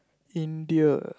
India